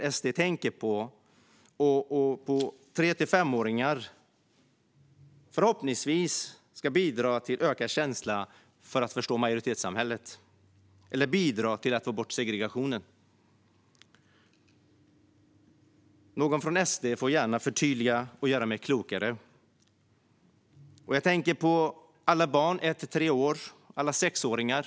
Förhoppningsvis ska det bidra till att 3-5-åringar får en ökad känsla för att förstå majoritetssamhället och bidra till att få bort segregationen. Någon från SD får gärna förtydliga detta och göra mig klokare. Jag tänker på alla barn som är ett till tre år och alla sexåringar.